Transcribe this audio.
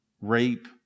Rape